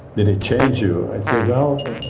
did it change you? i say well,